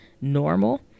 normal